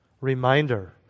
reminder